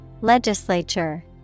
Legislature